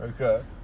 okay